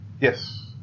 yes